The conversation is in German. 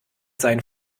seinen